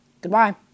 Goodbye